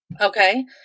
Okay